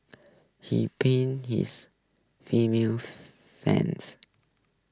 he pain his female fans